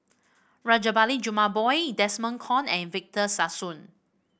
Rajabali Jumabhoy Desmond Kon and Victor Sassoon